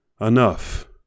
Enough